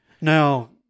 Now